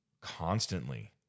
constantly